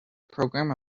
program